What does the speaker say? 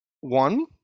One